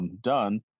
done